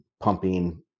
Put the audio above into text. pumping